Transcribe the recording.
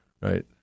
right